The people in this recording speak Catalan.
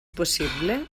possible